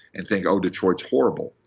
and think, oh, detroit's horrible.